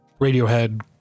Radiohead